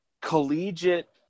collegiate